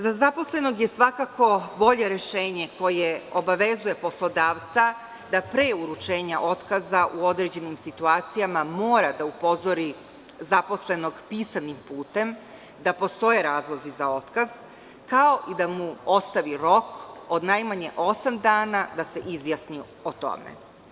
Za zaposlenog je svakako bolje rešenje koje obavezuje poslodavca da pre uručenja otkaza u određenim situacijama mora da upozori zaposlenog pisanim putem da postoje razlozi za otkaz, kao i da mu ostavi rok od najmanje osam dana da se izjasni o tome.